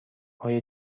های